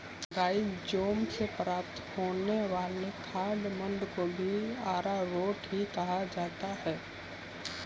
rhizome से प्राप्त होने वाले खाद्य मंड को भी अरारोट ही कहा जाता है